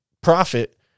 profit